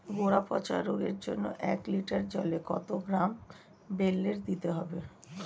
গোড়া পচা রোগের জন্য এক লিটার জলে কত গ্রাম বেল্লের দিতে হবে?